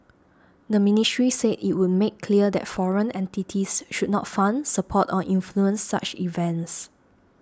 the ministry said it would make clear that foreign entities should not fund support or influence such events